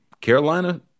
Carolina